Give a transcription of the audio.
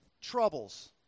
troubles